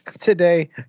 today